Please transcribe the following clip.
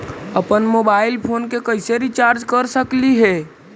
अप्पन mobile phone के कैसे रिचार्ज कर सकली हे?